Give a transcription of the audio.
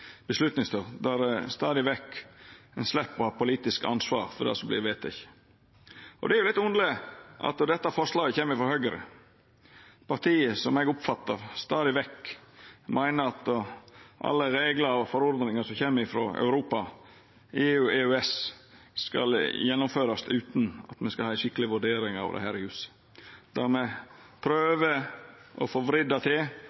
ein lang vedtaksveg der ein slepp å ha politisk ansvar for det som vert vedteke. Det er litt underleg at dette forslaget kjem frå Høgre, partiet som eg oppfattar stadig vekk meiner at alle reglar og forordningar som kjem frå Europa, EU og EØS, skal gjennomførast utan at me skal ha ei skikkeleg vurdering av det her i huset. Ein prøver å få vridd det til